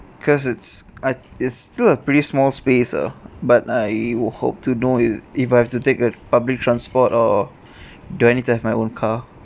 because it's I it's still a pretty small space ah but I would hope to know if if I have to take a public transport or do I need to have my own car